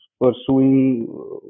pursuing